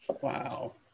Wow